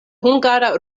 hungara